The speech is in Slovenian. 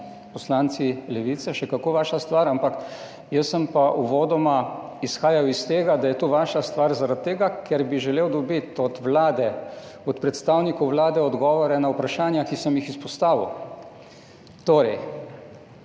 poslanci Levice, še kako vaša stvar. Jaz sem pa uvodoma izhajal iz tega, da je to vaša stvar zaradi tega, ker bi želel dobiti od Vlade, od predstavnikov Vlade odgovore na vprašanja, ki sem jih izpostavil. Torej,